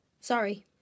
Sorry